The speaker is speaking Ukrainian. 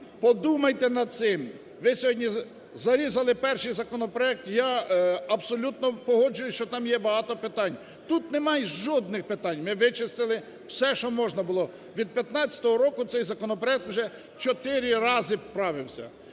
подумайте над цим. Ви сьогодні зарізали перший законопроект. Я абсолютно погоджуюсь, що там є багато питань. Тут немає жодних питань, ми вичистили все, що можна було. Від 2015 року цей законопроект уже чотири рази правився.